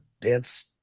dance